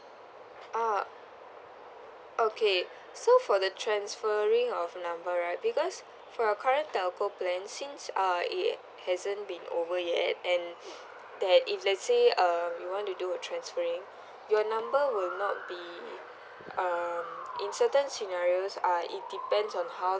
ah okay so for the transferring of number right because for your current telco plan since uh it hasn't been over yet and that if let's say uh you want to do a transferring your number would not be um in certain scenarios uh it depends on how